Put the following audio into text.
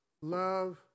love